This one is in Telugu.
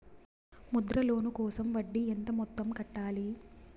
ముద్ర లోను కోసం వడ్డీ ఎంత మొత్తం కట్టాలి